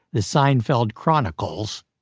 the seinfeld chronicles,